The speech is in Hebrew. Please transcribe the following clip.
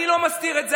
אני לא מסתיר את זה,